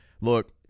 Look